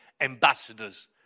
ambassadors